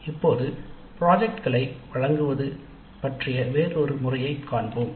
இப்பொழுது ப்ராஜெட்டுகளை வழங்குவதில் பற்றிய வேறொரு முறையைக் காண்போம்